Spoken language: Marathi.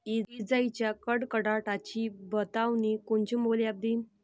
इजाइच्या कडकडाटाची बतावनी कोनचे मोबाईल ॲप देईन?